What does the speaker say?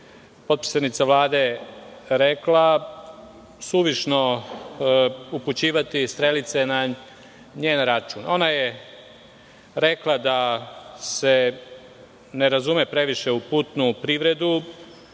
potpredsednica Vlade rekla, suvišno upućivati strelice na njen račun. Ona je rekla da se ne razume previše u putnu privredu